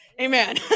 Amen